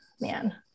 man